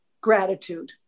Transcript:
gratitude